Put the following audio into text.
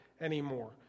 anymore